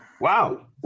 Wow